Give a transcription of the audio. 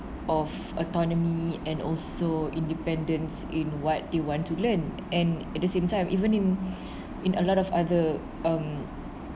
of autonomy and also independence in what they want to learn and at the same time even in in a lot of other um